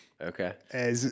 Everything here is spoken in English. Okay